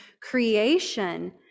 creation